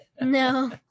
No